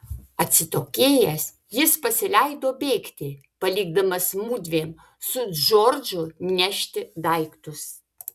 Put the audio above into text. atsitokėjęs jis pasileido bėgti palikdamas mudviem su džordžu nešti daiktus